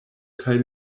kaj